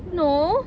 no